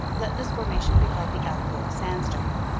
let this formation be called the alcove sandstone.